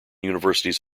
universities